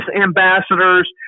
ambassadors